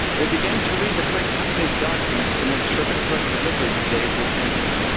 they began to read the freight company's documents to make sure the correct delivery date was entered.